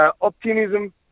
optimism